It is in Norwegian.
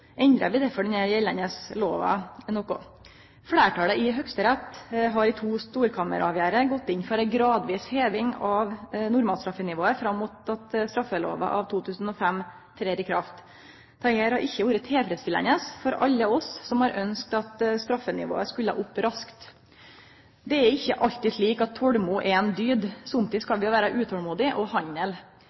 endrar vi derfor den gjeldande lova noko. Fleirtalet i Høgsterett har i to storkammeravgjerder gått inn for ei gradvis heving av normalstraffenivået fram mot at straffelova av 2005 trer i kraft. Dette har ikkje vore tilfredsstillande for alle oss som har ønskt at straffenivået skulle opp raskt. Det er ikkje alltid slik at tolmod er ei dygd, somtid skal vi vere utolmodige og handle. Eg er glad for at vi gjennom lovframlegget kan oppnå nettopp å